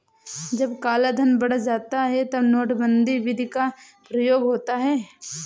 जब कालाधन बढ़ जाता है तब नोटबंदी विधि का प्रयोग होता है